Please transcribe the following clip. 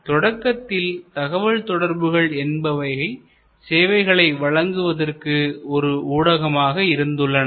எனவே தொடக்கத்தில் தகவல் தொடர்புகள் என்பவை சேவைகளை வழங்குவதற்கு ஒரு ஊடகமாக இருந்துள்ளன